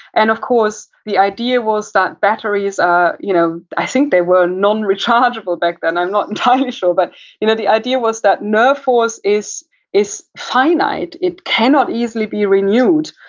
and of course, the idea was that batteries are, you know i think they were non rechargeable back then. i'm not entirely sure, but you know, the idea was that nerve force is is fine eyed. it can not be easily be renewed.